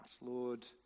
Lord